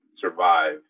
survive